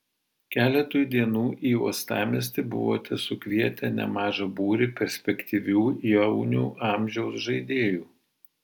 keletui dienų į uostamiestį buvote sukvietę nemaža būrį perspektyvių jaunių amžiaus žaidėjų